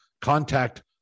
contact